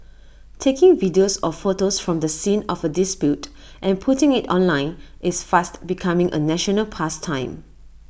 taking videos or photos from the scene of A dispute and putting IT online is fast becoming A national pastime